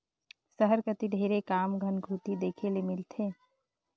सहर कती ढेरे कम धनकुट्टी देखे ले मिलथे